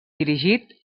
dirigit